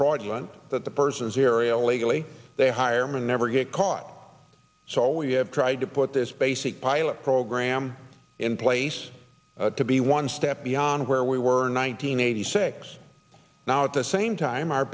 fraudulent that the person's area legally they hire him and never get caught so we have tried to put this basic pilot program in place to be one step beyond where we were in one nine hundred eighty six now at the same time our